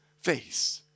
face